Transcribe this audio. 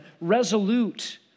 resolute